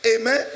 Amen